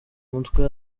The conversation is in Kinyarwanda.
umutwe